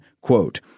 Quote